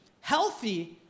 healthy